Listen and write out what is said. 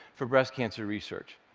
for breast cancer research.